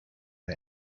for